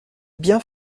bien